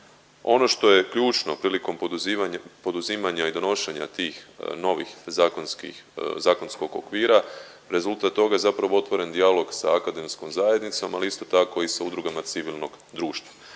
Ono što je ključno prilikom poduzimanja i donošenja tih novih zakonskih, zakonskog okvira rezultat toga zapravo je otvoren dijalog sa akademskom zajednicom, ali isto tako i sa udrugama civilnog društva.